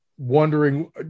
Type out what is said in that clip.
Wondering